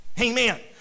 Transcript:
Amen